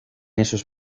esos